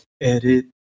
Edit